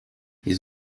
his